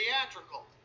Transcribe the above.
theatrical